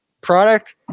product